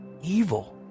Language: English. evil